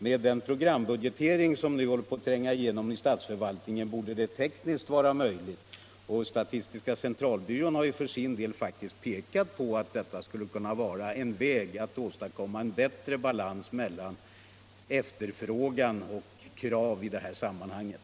Med den programbudgetering som nu håller på att tränga igenom i statsförvaltningen borde det vara tekniskt möjligt, och statistiska centralbyrån har ju också faktiskt pekat på att detta skulle kunna vara en väg att åstadkomma en bättre balans mellan behov och krav i det här sammanhanget.